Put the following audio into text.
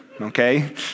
okay